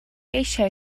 eisiau